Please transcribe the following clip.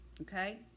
okay